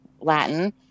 Latin